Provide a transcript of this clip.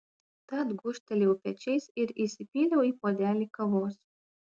tad gūžtelėjau pečiais ir įsipyliau į puodelį kavos